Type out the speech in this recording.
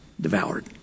devoured